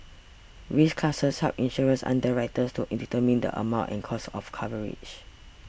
risk classes help insurance underwriters to determine the amount and cost of coverage